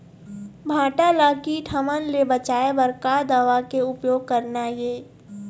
भांटा ला कीट हमन ले बचाए बर का दवा के उपयोग करना ये?